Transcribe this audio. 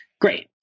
Great